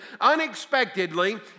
unexpectedly